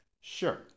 sure